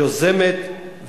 יוזמת,